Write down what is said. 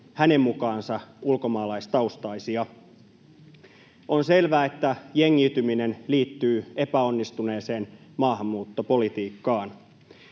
hänen mukaansa ulkomaalaistaustaisia. On selvää, että jengiytyminen liittyy epäonnistuneeseen maahanmuuttopolitiikkaan.